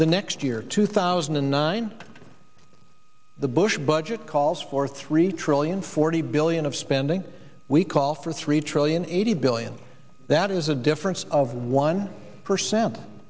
the next year two thousand and nine the bush budget calls for three trillion forty billion of spending we call for three trillion eighty billion that is a difference of one percent